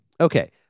okay